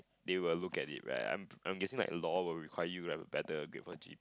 they will look at it right I'm guessing like law will require you have a better grade achieve